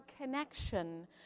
connection